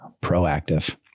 proactive